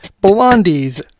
Blondie's